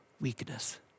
weakness